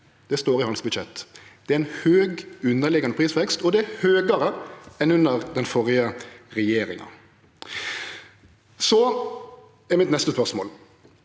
Det står i hans budsjett. Det er ein høg underliggjande prisvekst, og han er høgare enn under den førre regjeringa. Mitt neste spørsmål